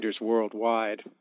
worldwide